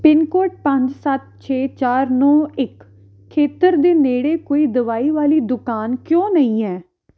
pin code ਪੰਜ ਸੱਤ ਛੇ ਚਾਰ ਨੌ ਇੱਕ ਖੇਤਰ ਦੇ ਨੇੜੇ ਕੋਈ ਦਵਾਈ ਵਾਲੀ ਦੁਕਾਨ ਕਿਉਂ ਨਹੀਂ ਹੈ